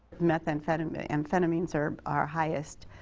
methamphetamines methamphetamines are our highest,